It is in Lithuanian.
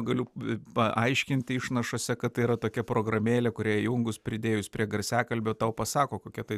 galiu paaiškinti išnašose kad tai yra tokia programėlė kurią įjungus pridėjus prie garsiakalbio tau pasako kokia tai